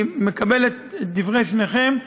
אני מקבל את דברי שניכם,